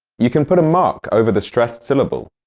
you can put a mark over the stressed syllable,